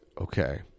Okay